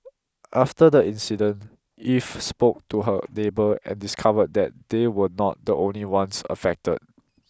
after the incident Eve spoke to her neighbour and discovered that they were not the only ones affected